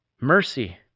Mercy